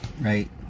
Right